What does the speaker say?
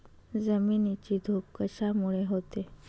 जमिनीची धूप कशामुळे होते?